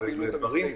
אין לי מספרים,